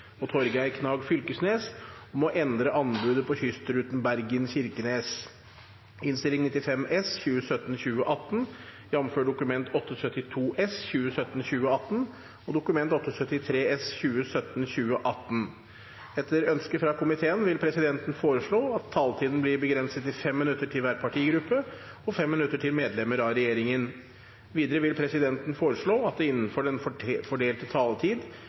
å framsette et forslag om at fylkeskommunene kan stille miljøkrav i anbud til kommersielle bussruter. Forslagene vil bli behandlet på reglementsmessig måte. Etter ønske fra transport- og kommunikasjonskomiteen vil presidenten foreslå at taletiden blir begrenset til 5 minutter til hver partigruppe og 5 minutter til medlemmer av regjeringen. Videre vil presidenten foreslå at det – innenfor den fordelte taletid